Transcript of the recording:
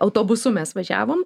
autobusu mes važiavom